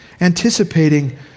anticipating